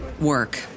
work